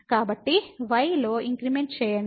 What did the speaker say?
కాబట్టి y ను increment చేయండి